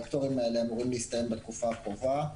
הפטורים אמורים להסתיים בתקופה הקרובה,